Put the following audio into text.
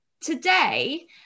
today